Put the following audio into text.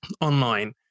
online